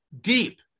deep